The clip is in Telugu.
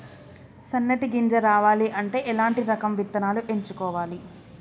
సన్నటి గింజ రావాలి అంటే ఎలాంటి రకం విత్తనాలు ఎంచుకోవాలి?